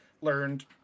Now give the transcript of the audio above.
learned